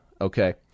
Okay